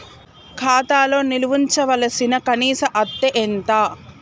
ఖాతా లో నిల్వుంచవలసిన కనీస అత్తే ఎంత?